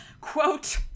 Quote